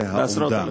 זה האומדן.